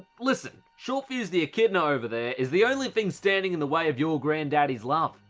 listen, short fuse the echidna over there is the only thing standing in the way of your granddaddy's love.